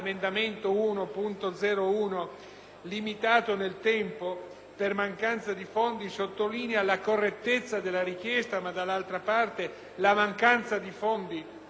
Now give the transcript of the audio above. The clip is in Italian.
limitato nel tempo per mancanza di fondi, sottolinea la correttezza della richiesta ma dall'altra parte la mancanza di fondi per questo settore.